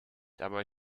dabei